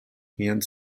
hand